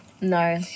No